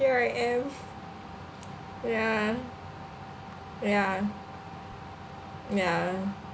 here I am ya ya ya